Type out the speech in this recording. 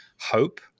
hope